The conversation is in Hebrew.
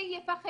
---,